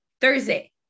Thursday